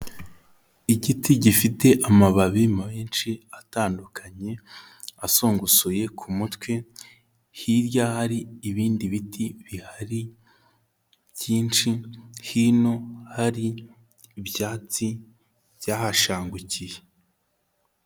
Igiti gifite amababi menshi atandukanye asongosoye ku mutwe, hirya hari ibindi biti bihari byinshi hino hari ibyatsi byahashangukiye.